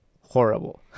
horrible